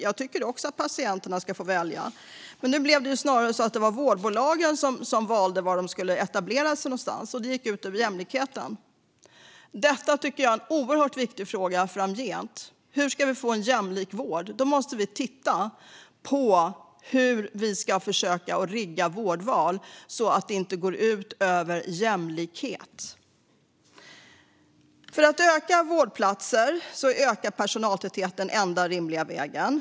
Jag tycker också att patienterna ska få välja. Men nu blev det snarare så att det var vårdbolagen som valde var de skulle etablera sig, och det gick ut över jämlikheten. Detta tycker jag är oerhört viktig fråga framgent. Hur ska vi få en jämlik vård? Då måste vi titta på hur vi ska försöka rigga vårdval så att det inte går ut över jämlikhet. För att öka antalet vårdplatser är ökad personaltäthet den enda rimliga vägen.